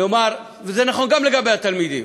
זה נכון גם לגבי התלמידים,